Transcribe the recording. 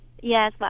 yes